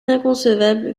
inconcevable